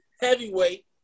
heavyweight